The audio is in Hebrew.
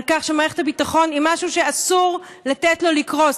על כך שמערכת הביטחון היא משהו שאסור לתת לו לקרוס.